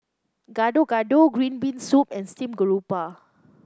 Gado Gado Green Bean Soup and Steamed Garoupa